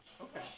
Okay